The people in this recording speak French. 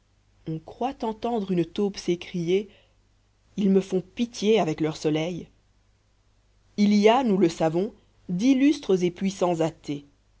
on croit entendre une taupe s'écrier ils me font pitié avec leur soleil il y a nous le savons d'illustres et puissants athées